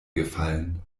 gefallen